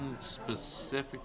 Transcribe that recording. specific